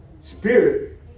Spirit